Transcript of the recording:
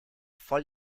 voll